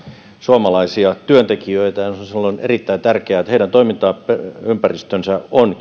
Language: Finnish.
suomalaisia työntekijöitä ja silloin on erittäin tärkeää että heidän toimintaympäristönsä on